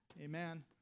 Amen